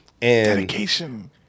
Dedication